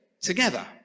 together